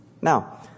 Now